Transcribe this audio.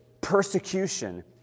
persecution